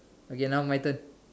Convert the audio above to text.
okay now my turn